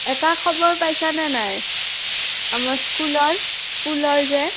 এটা খবৰ পাইছানে নাই আমাৰ স্কুলৰ স্কুলৰ যে